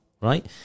right